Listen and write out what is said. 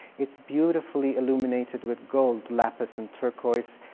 it's beautifully illuminated with gold, lapis, and turquoise.